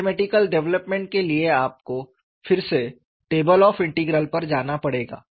mathematical development के लिए आपको फिर से टेबल ऑफ़ इंटीग्रल पर जाना पड़ेगा